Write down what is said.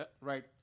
right